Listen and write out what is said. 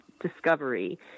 discovery